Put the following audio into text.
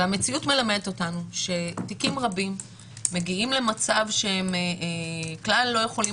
המציאות מלמדת אותנו שתיקים רבים מגיעים למצב שהם כלל לא יכולים